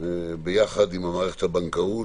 ביחד עם מערכת הבנקאות,